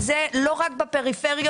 זה לא רק בפריפריות.